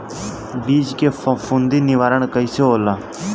बीज के फफूंदी निवारण कईसे होला?